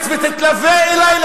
ותתלווה אלי,